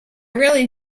rarely